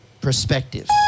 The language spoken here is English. perspective